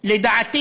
לדעתי